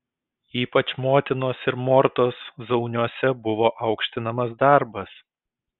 ypač motinos ir mortos zauniuose buvo aukštinamas darbas